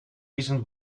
decent